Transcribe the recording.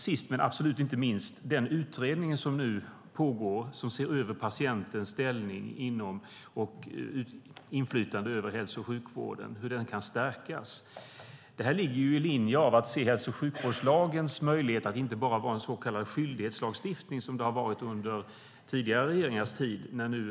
Sist men absolut inte minst är det den utredning som nu pågår som ser över hur patientens ställning inom och inflytande över sjukvården kan stärkas. Detta ligger i linje med att se hälso och sjukvårdslagens möjlighet att inte bara vara en så kallad skyldighetslagstiftning, som det har varit under tidigare regeringars tid.